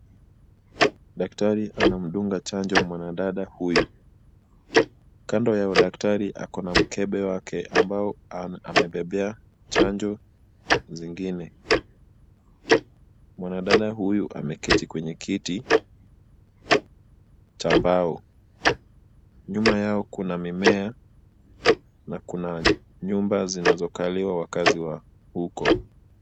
Daktari anamdunga chanjo mwanadada huyu. Kando ya daktari ako na mkebe wake ambao amebebea chanjo zingine. Mwanadada huyu ameketi kwenye kiti cha mbao. Nyuma yao kuna mimea na kuna nyumba zinazokaliwa wakazi wa huko.